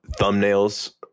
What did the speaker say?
thumbnails